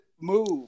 move